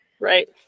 Right